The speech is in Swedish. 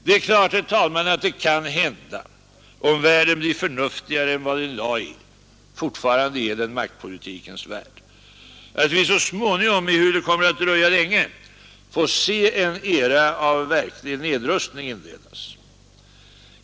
Det är klart, herr talman, att det kan hända om världen blir förnuftigare än vad den i dag är — fortfarande är den en maktpolitikens värld — att vi så småningom, ehuru det kommer att dröja länge, får se en era av verklig nedrustning inledas.